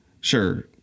Sure